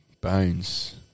Bones